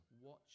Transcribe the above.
Watch